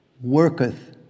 worketh